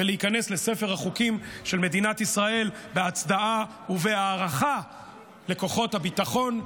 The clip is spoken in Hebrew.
ולהיכנס לספר החוקים של מדינת ישראל בהצדעה ובהערכה לכוחות הביטחון,